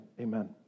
amen